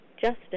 justice